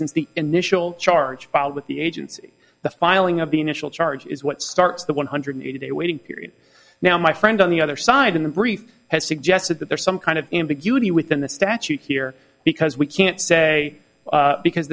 since the initial charge filed with the agency the filing of the initial charge is what starts the one hundred eighty day waiting period now my friend on the other side in the brief has suggested that there's some kind of ambiguity within the statute here because we can't say because